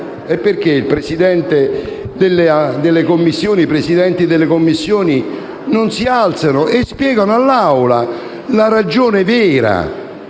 Perché i Presidenti delle Commissioni non si alzano e spiegano all'Assemblea la vera